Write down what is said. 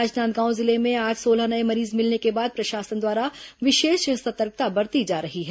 राजनांदगांव जिले में आज सोलह नये मरीज मिलने के बाद प्रशासन द्वारा विशेष सतर्कता बरती जा रही है